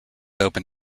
open